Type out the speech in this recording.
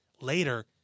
later